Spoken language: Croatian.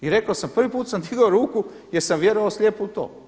I rekao sam prvi put sam digao ruku, jer sam vjerovao slijepo u to.